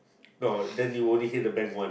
no then you only get the band one